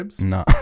No